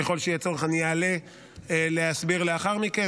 ככל שיהיה צורך, אני אעלה להסביר לאחר מכן.